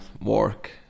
work